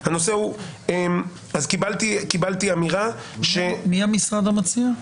אז קיבלתי אמירה -- מי המשרד המציע?